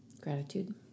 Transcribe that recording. Gratitude